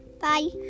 bye